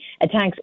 attacks